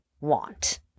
want